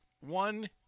one